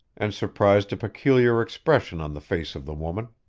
and surprised a peculiar expression on the face of the woman.